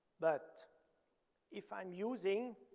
but if i'm using